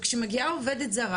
כשמגיעה עובדת זרה,